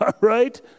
right